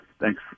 Thanks